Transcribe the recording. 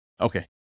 Okay